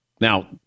Now